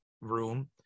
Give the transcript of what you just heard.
room